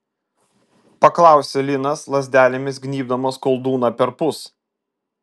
paklausė linas lazdelėmis gnybdamas koldūną perpus